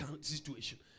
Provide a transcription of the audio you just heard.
situation